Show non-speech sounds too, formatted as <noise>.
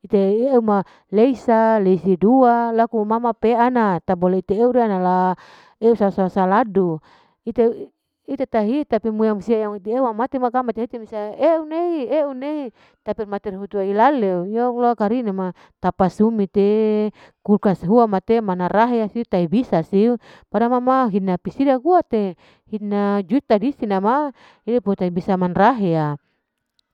Hite e'ma leisa lesi dua laku umama pe anam tabole <unintelligible> sasa saladu, ite, ite tahi tapi moya musia yang mati ewa ma kang musia eunei, eunei tapi mati nur tehilale ya allah karina matapasu mite kulkas rua mater manarahe siu ta bisa siu barang mai hina pisida, barang pisida kue hina juta, pi tradisi nama idupho ta bisa manrahya,